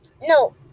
no